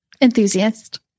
Enthusiast